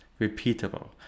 repeatable